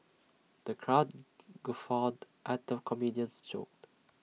the crowd guffawed at the comedian's jokes